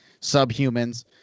subhumans